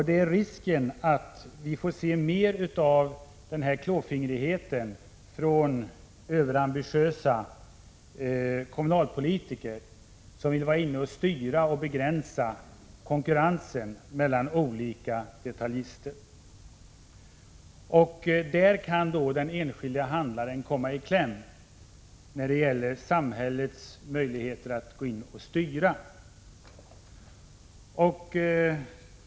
Det är risk för att vi skall få se mer av sådan klåfingrighet från överambitiösa kommunalpolitiker som vill styra och begränsa konkurrensen mellan olika detaljister. Den enskilde handlaren kan komma i kläm om samhällets möjligheter att styra ökas.